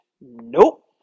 Nope